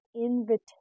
invitation